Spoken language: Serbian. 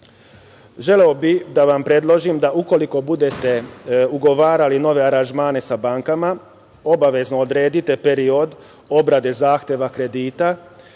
Želeo bih da vam predložim da ukoliko budete ugovarali nove aranžmane sa bankama obavezno odredite period obrade zahteva kredita